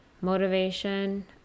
motivation